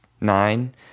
nine